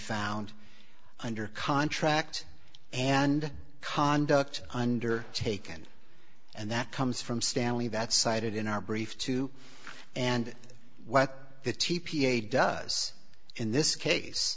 found under contract and conduct under taken and that comes from stanley that cited in our brief to and what the t p a does in this case